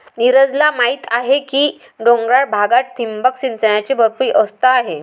नीरजला माहीत आहे की डोंगराळ भागात ठिबक सिंचनाची भरपूर व्यवस्था आहे